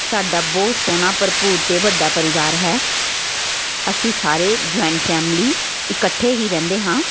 ਸਾਡਾ ਬਹੁਤ ਸੋਹਣਾ ਭਰਪੂਰ ਅਤੇ ਵੱਡਾ ਪਰਿਵਾਰ ਹੈ ਅਸੀਂ ਸਾਰੇ ਜੁਆਇੰਟ ਫੈਮਲੀ ਇਕੱਠੇ ਹੀ ਰਹਿੰਦੇ ਹਾਂ